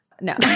No